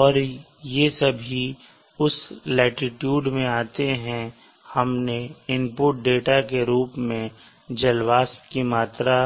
और ये सभी स्थान उस लाटीट्यूड में आते हैं और हमने इनपुट डेटा के रूप में जल वाष्प की मात्रा